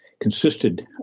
consisted